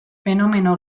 fenomeno